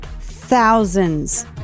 thousands